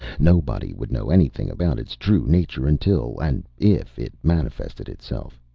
nobody would know anything about its true nature until, and if, it manifested itself.